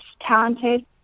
talented